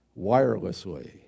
wirelessly